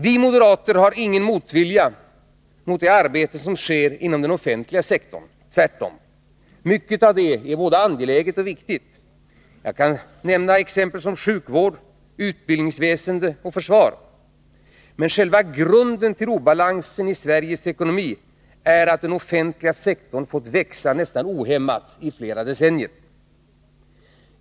Vi moderater har ingen motvilja mot det arbete som sker inom den offentliga sektorn. Tvärtom! Mycket av det är både angeläget och viktigt. Jag kan nämna exempel som sjukvård, utbildningsväsende och försvar. Men själva grunden till obalansen i Sveriges ekonomi är att den offentliga sektorn fått växa nästan ohämmat i flera decennier.